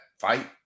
fight